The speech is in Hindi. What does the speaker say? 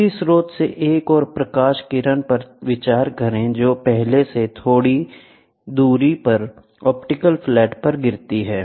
उसी स्रोत से एक और प्रकाश किरण पर विचार करें जो पहले से थोड़ी दूरी पर ऑप्टिकल फ्लैट पर गिरती है